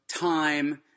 time